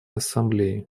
ассамблеи